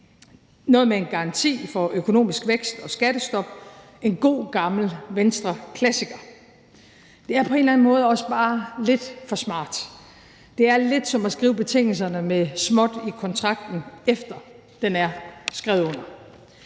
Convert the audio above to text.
noget med en garanti for økonomisk vækst og skattestop – en god gammel Venstreklassiker. Det er på en eller anden måde også bare lidt for smart. Det er lidt som at skrive betingelserne med småt i kontrakten, efter den er skrevet under.